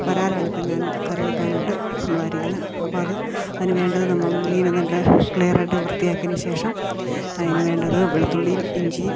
വരാലാണിപ്പം ഞാൻ കറി വെക്കാനായിട്ട് വാരിക്ക്ന്നെ അപ്പമത് അതിന് വേണ്ടത് നമ്മൾ മീന് നല്ല ക്ലീയറായിട്ട് വൃത്തിയാക്കിയതിന് ശേഷം അതിന് വേണ്ടത് വെളുത്തുള്ളീം ഇഞ്ചിയും